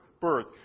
birth